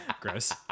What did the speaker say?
gross